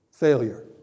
failure